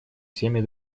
всеми